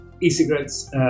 e-cigarettes